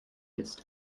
ist